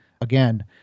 Again